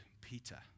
Peter